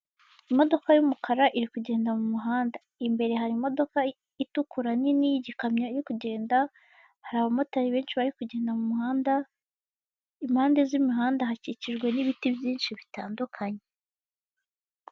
Imodoka y'umukara iri kugenda mu muhanda, imbere hari imodoka itukura nini y'igikamyo iri kugenda, hari abamotari benshi bari kugenda mu muhanda impande z'imihanda hakikijwe n'ibiti byinshi bitandukanye.